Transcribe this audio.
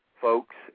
folks